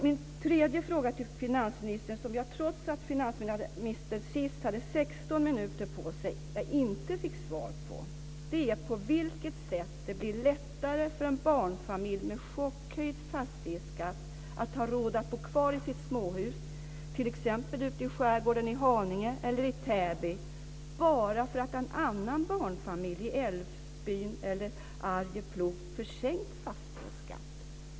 Min tredje fråga till finansministern, som jag trots att finansministern sist hade 16 minuter på sig inte fick svar på, är: På vilket sätt blir det lättare för en barnfamilj med chockhöjd fastighetsskatt att ha råd att bo kvar i sitt småhus ute i skärgården i t.ex. Haninge eller Täby bara för att en annan barnfamilj i Älvsbyn eller Arjeplog får sänkt fastighetsskatt?